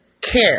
care